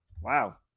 wow